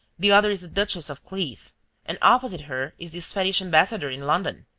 the other is the duchess of cleath and, opposite her, is the spanish ambassador in london.